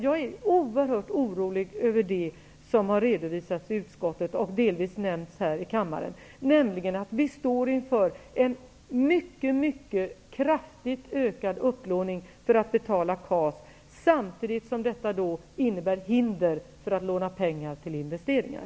Jag är oerhört orolig över det som har redovisats i utskottet, och delvis nämnts här i kammaren, nämligen att vi står inför en mycket kraftigt ökad upplåning för att betala KAS, och att detta samtidigt innebär hinder för att låna pengar till investeringar.